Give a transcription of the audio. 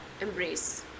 embrace